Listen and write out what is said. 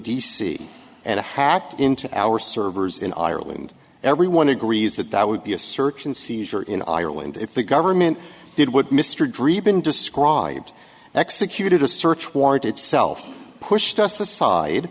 c and hacked into our servers in ireland everyone agrees that that would be a search and seizure in ireland if the government did what mr dri been described executed a search warrant itself pushed us